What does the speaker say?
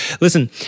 Listen